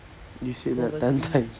you said that ten times